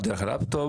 או דרך הלפ-טופ,